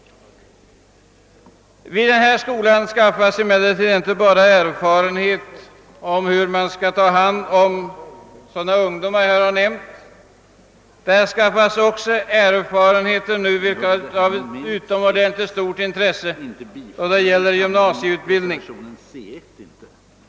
Vid denna skola skaffas nämligen inte bara erfarenhet om hur man skall ta hand om sådana ungdomar som jag här har nämnt. Där vinnes också erfarenheter, vilka är av utomordentligt stort intresse för gymnasieutbildningen.